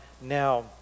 now